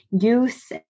youth